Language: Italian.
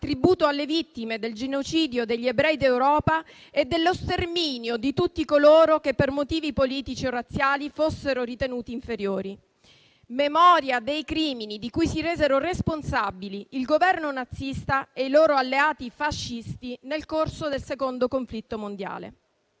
tributo alle vittime del genocidio degli ebrei d'Europa e dello sterminio di tutti coloro che per motivi politici o razziali fossero ritenuti inferiori, la memoria dei crimini di cui si resero responsabili il Governo nazista e i loro alleati fascisti nel corso del Secondo conflitto mondiale.